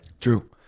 True